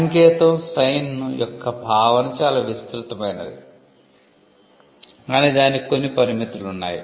సంకేతం యొక్క భావన చాలా విస్తృతమైనది కానీ దానికి కొన్ని పరిమితులు ఉన్నాయి